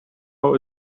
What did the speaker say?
know